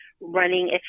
running